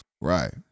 Right